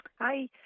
Hi